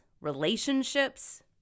relationships